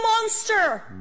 monster